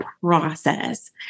process